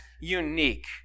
unique